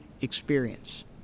experience